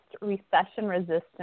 recession-resistant